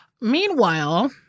Meanwhile